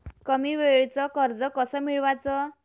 कमी वेळचं कर्ज कस मिळवाचं?